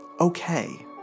okay